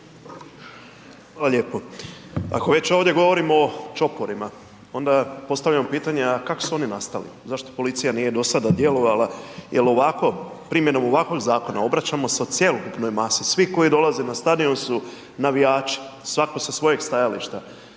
Hvala lijepo. Ako već ovdje govorimo o čoporima, onda postavimo pitanje a kako su oni nastali? Zašto policija nije do sada djelovala jer ovako, primjenom ovakvog zakona, obraćamo se cjelokupnoj masi, svi koji dolaze na stadion su navijači. Svako sa svojeg stajališta.